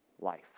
life